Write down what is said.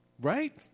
Right